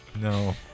No